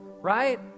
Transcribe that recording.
right